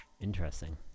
interesting